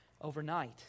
overnight